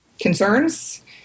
concerns